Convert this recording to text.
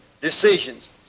decisions